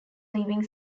leaving